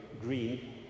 green